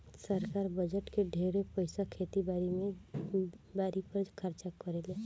सरकार बजट के ढेरे पईसा खेती बारी पर खर्चा करेले